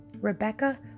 Rebecca